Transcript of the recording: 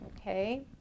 Okay